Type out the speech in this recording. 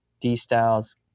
D-Styles